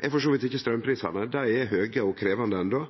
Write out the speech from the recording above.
er for så vidt ikkje straumprisane, dei er framleis høge og krevjande,